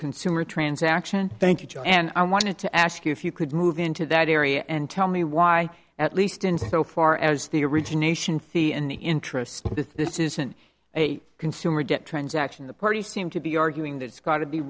consumer transaction thank you and i wanted to ask you if you could move into that area and tell me why at least in so far as the origination fee and the interest this isn't a consumer debt transaction the parties seem to be arguing that it's got to be